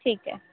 ठीक है